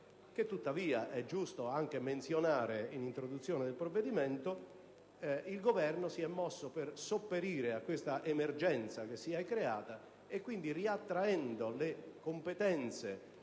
che tuttavia è giusto anche menzionare in introduzione del provvedimento, il Governo si è mosso per sopperire a questa emergenza che si è creata e quindi, attraendo le competenze